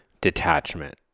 detachment